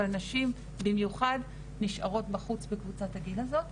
אבל נשים במיוחד נשארות בחוץ בקבוצת הגיל הזאת,